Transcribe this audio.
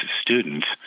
students